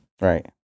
Right